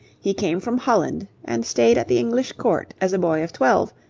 he came from holland and stayed at the english court, as a boy of twelve,